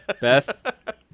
Beth